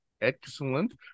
Excellent